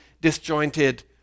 disjointed